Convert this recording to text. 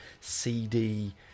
CD